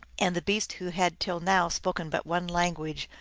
and the beasts, who had till now spoken but one language,